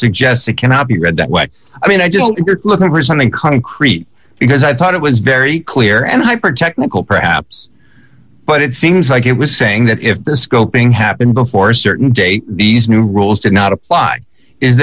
suggests it cannot be read that way i mean i just think if you're looking for something concrete because i thought it was very clear and hyper technical perhaps but it seems like it was saying that if the scoping happened before a certain date these new rules did not apply is